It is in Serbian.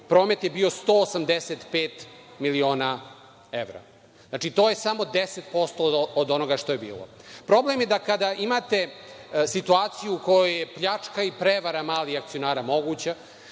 promet je bio 185 miliona evra. Znači, to je samo 10% od onoga što je bilo. Problem je da, kada imate situaciju u kojoj je pljačka i prevara malih akcionara moguća,